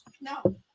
No